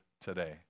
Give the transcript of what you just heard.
today